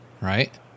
right